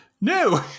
no